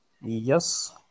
yes